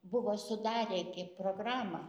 buvo sudarę gi programą